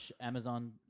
Amazon